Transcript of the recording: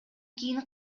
кийин